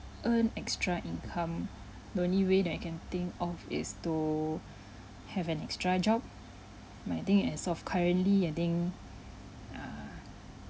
earn extra income the only way that I can think of is to have an extra job but I think as of currently I think err